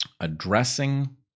addressing